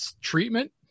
treatment